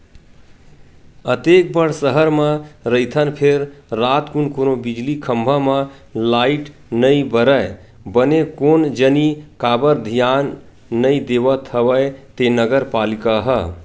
अतेक बड़ सहर म रहिथन फेर रातकुन कोनो बिजली खंभा म लाइट नइ बरय बने कोन जनी काबर धियान नइ देवत हवय ते नगर पालिका ह